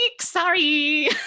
sorry